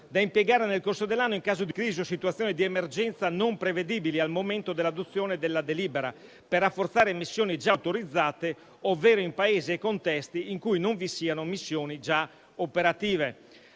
da impiegare nel corso dell'anno in caso di crisi o situazione di emergenza non prevedibili al momento dell'adozione della delibera per rafforzare missioni già autorizzate ovvero in Paesi e contesti in cui non vi siano missioni già operative.